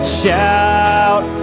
shout